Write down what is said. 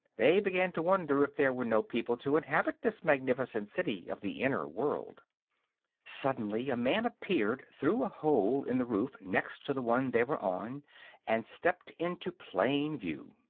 they began to wonder if there were no people to inhabit this magnificent city of the inner world suddenly a man appeared through a hole in the roof next to the one they were on and stepped into plain view.